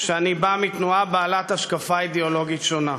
שאני בא מתנועה בעלת השקפה אידיאולוגית שונה.